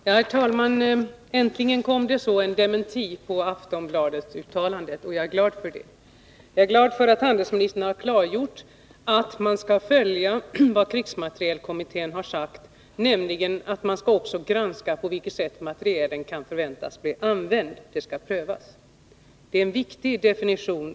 Herr talman! Äntligen kom det en dementi på Aftonbladet-uttalandet! Jag är glad för det och för att handelsministern har klargjort att man skall följa krigsmaterielkommitténs uttalande, nämligen att man också skall granska hur materielen kan förväntas bli använd. Att användningssättet skall prövas är en viktig deklaration.